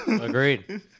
Agreed